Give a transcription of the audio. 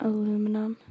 Aluminum